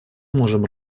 можем